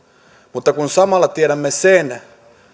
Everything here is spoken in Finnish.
mutta kun samalla tiedämme sen